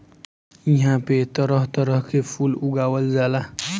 इहां पे तरह तरह के फूल उगावल जाला